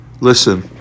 Listen